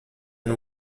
and